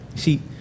see